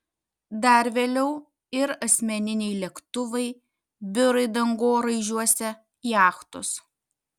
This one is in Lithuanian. dar vėliau ir asmeniniai lėktuvai biurai dangoraižiuose jachtos